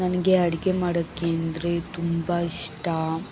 ನನಗೆ ಅಡಿಗೆ ಮಾಡೋಕೆ ಅಂದರೆ ತುಂಬ ಇಷ್ಟ